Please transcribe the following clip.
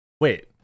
Wait